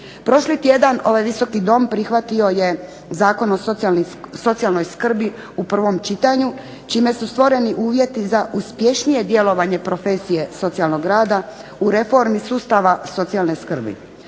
Prošli tjedan ovaj Visoki dom prihvatio je Zakon o socijalnoj skrbi u prvom čitanju čime su stvoreni uvjeti za uspješnije djelovanje profesije socijalnog rada u reformi sustava socijalne skrbi.